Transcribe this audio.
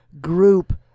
group